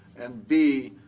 and b,